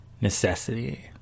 necessity